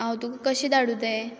हांव तुका कशें धाडूं तें